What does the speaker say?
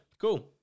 cool